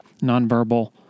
nonverbal